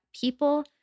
people